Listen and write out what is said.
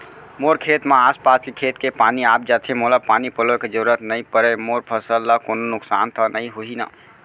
मोर खेत म आसपास के खेत के पानी आप जाथे, मोला पानी पलोय के जरूरत नई परे, मोर फसल ल कोनो नुकसान त नई होही न?